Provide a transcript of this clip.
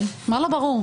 מה לא ברור?